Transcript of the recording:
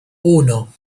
uno